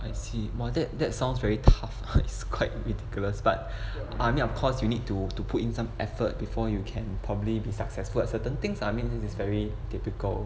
I see !wah! that that's sounds very tough it's quite ridiculous but I mean of course you need to to put in some effort before you can probably be successful at certain things lah I mean this very typical